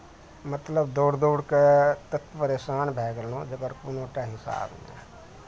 मतलब दौड़ दौड़ कऽ तत परेशान भए गेलहुँ जकर कोनो टा हिसाब नहि